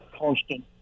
constant